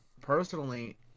personally